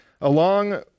Along